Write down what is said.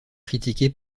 critiqué